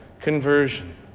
conversion